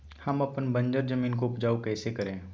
हम अपन बंजर जमीन को उपजाउ कैसे करे?